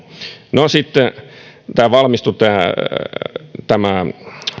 no sitten tämä